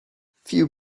few